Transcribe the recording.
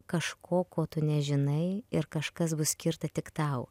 kažko ko tu nežinai ir kažkas bus skirta tik tau